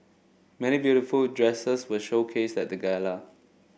many beautiful dresses were showcased at the gala